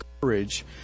courage